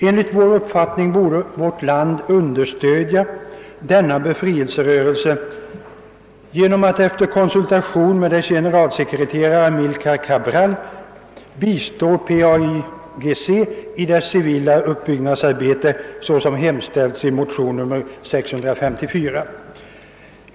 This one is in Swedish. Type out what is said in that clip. Enligt vår uppfattning borde vårt land understödja denna befrielserörelse genom att efter konsultation med dess generalsekreterare Amilcar Cabral bistå PAIGC i dess civila uppbyggnadsarbete, såsom hemställts i motionen nr 633.